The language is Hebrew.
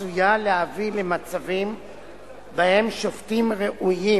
עשויה להביא למצבים שבהם שופטים ראויים